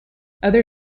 other